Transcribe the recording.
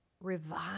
revive